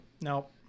Nope